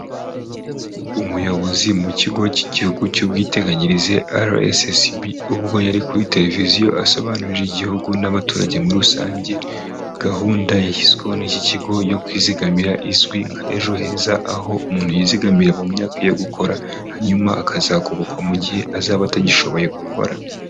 Umuyobozi mu kigo cy'igihugu cy'ubwiteganyirize RSSB ubwo yari kuri televiziyo asobanurira igihugu n'abaturage muri rusange gahunda yashyizweho n'iki kigo yo kwizigamira izwi nka ejo heza aho umuntu yizigamiye mu myaka yo gukora hanyuma akazakobokwa mu gihe azaba atagishoboye gukora.